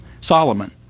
Solomon